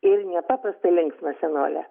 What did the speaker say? ir nepaprastai linksmą senolę